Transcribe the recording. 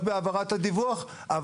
שמרפדת את ההליך?